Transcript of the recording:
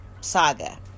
Saga